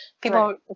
people